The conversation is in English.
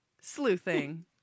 sleuthing